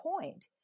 point